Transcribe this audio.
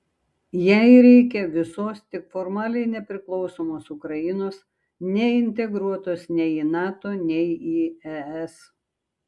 jai reikia visos tik formaliai nepriklausomos ukrainos neintegruotos nei į nato nei į es